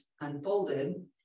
unfolded